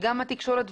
וגם התקשורת,